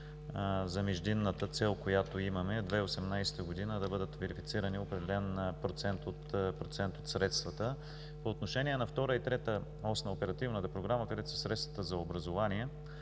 за междинната цел, която имаме 2018 г. да бъдат верифицирани определен процент от средствата. По отношение на втора и трета ос на Оперативната програма, където са средствата за образование,